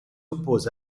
oppose